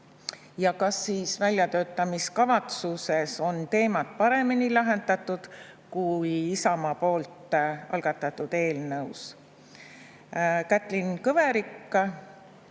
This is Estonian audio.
ja kas väljatöötamiskavatsuses on teemat paremini lahendatud kui Isamaa algatatud eelnõus. Kätlin Kõverik